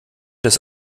des